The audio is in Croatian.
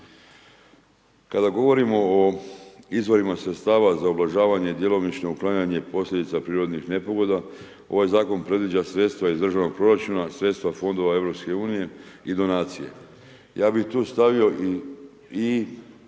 Kada govorimo o izvorima sredstava za ublažavanje djelomično uklanjanje posljedica prirodnih nepogoda ovaj zakon predviđa sredstva iz državnog proračuna, sredstva fondova EU i donacije. Ja bih tu stavio i